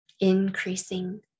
increasing